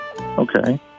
Okay